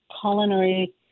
culinary